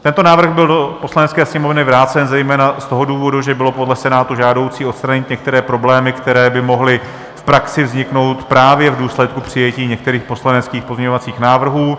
Tento návrh byl do Poslanecké sněmovny vrácen zejména z toho důvodu, že bylo podle Senátu žádoucí odstranit některé problémy, které by mohly v praxi vzniknout právě v důsledku přijetí některých poslaneckých pozměňovacích návrhů.